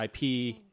IP